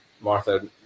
Martha